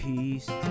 Peace